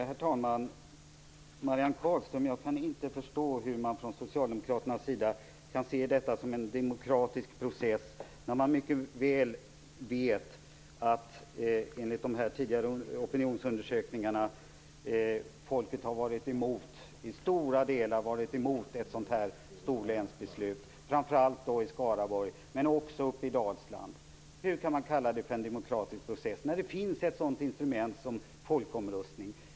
Herr talman! Jag kan inte förstå hur man från socialdemokraternas sida kan se detta som en demokratisk process. Man vet ju mycket väl att folket, enligt de tidigare opinionsundersökningarna, i stora delar har varit emot ett storlänsbeslut. Framför allt i Skaraborg, men också i Dalsland. Hur kan man kalla detta för en demokratisk process när det finns ett sådant instrument som folkomröstning?